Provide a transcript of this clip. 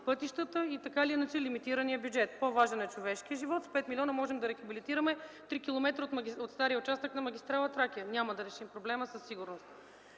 пътищата и, така или иначе, лимитираният бюджет. По-важен е човешкият живот. С 5 милиона можем да рехабилитираме 3 км от стария участък на магистрала „Тракия”. Със сигурност